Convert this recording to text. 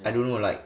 I don't know like